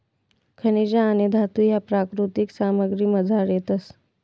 खनिजे आणि धातू ह्या प्राकृतिक सामग्रीमझार येतस